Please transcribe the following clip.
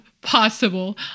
possible